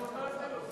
היא ראשונת היוזמים.